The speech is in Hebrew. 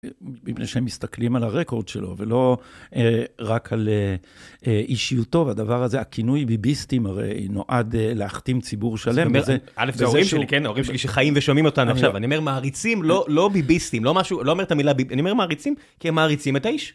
מפני שהם מסתכלים על הרקורד שלו, ולא רק על אישיותו והדבר הזה. הכינוי ביביסטים הרי נועד להכתים ציבור שלם. זאת אומרת, א' זה ההורים שלי, כן? ההורים שלי שחיים ושומעים אותנו עכשיו. אני אומר מעריצים, לא ביביסטים, לא משהו, לא אומר את המילה ביביסטים. אני אומר מעריצים, כי הם מעריצים את האיש.